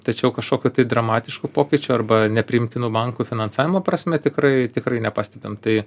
tačiau kažkokių dramatiškų pokyčių arba nepriimtinų bankų finansavimo prasme tikrai tikrai nepastebim tai